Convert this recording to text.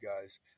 guys